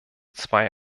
zwei